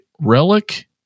Relic